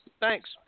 Thanks